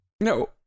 No